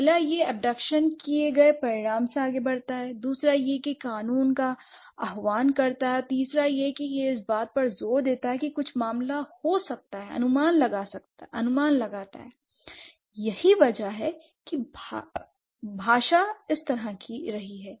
पहला यह अबडकशन किए गए परिणाम से आगे बढ़ता है दूसरा यह एक कानून का आह्वान करता है और तीसरा यह इस बात पर जोर देता है कि कुछ मामला हो सकता है अनुमान लगा सकता है l यही वजह है कि भाषा इस तरह की रही है